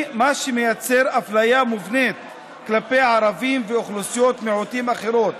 מה שמייצר אפליה מובנית כלפי ערבים ואוכלוסיות מיעוטים אחרות